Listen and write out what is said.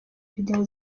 video